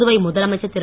புதுவை முதலமைச்சர் திரு